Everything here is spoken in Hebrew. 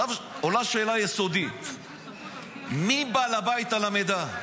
עכשיו, עולה שאלה יסודית: מי בעל הבית על המידע?